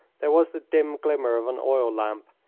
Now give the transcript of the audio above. there was the dim glimmer of an oil lamp,